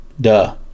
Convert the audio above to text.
Duh